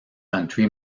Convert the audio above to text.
country